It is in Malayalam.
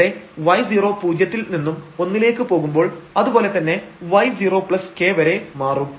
ഇവിടെ y0 പൂജ്യത്തിൽ നിന്നും ഒന്നിലേക്ക് പോകുമ്പോൾ അതുപോലെതന്നെ y0k വരെ മാറും